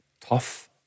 tough